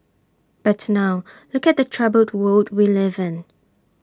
but now look at the troubled world we live in